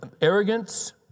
arrogance